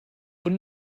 und